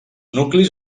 nuclis